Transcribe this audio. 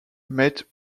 met